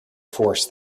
force